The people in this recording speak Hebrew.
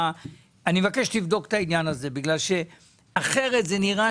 אני מבקש שתבדוק את העניין הזה, אחרת זה נראה